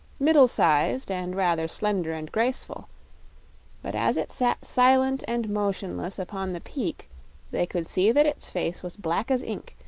middle-sized and rather slender and graceful but as it sat silent and motionless upon the peak they could see that its face was black as ink,